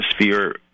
atmosphere